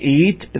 eat